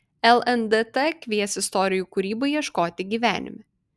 lndt kvies istorijų kūrybai ieškoti gyvenime